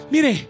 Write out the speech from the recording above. Mire